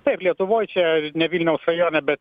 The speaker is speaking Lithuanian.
taip lietuvoj čia ne vilniaus rajone bet